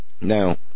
Now